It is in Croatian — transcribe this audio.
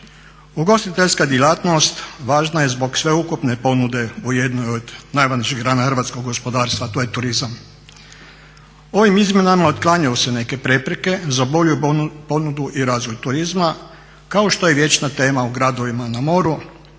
Ugostiteljska djelatnost važna je zbog sveukupne ponude u jednoj od najvažnijih grana hrvatskog gospodarstva, to je turizam. Ovim izmjenama otklanjaju se neke prepreke za bolju ponudu i razvoj turizma kao što je vječna tema u gradovima na moru,